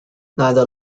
neither